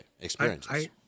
Experiences